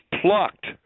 plucked